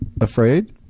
afraid